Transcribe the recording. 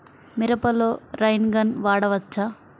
మిరపలో rain gun వాడవచ్చా?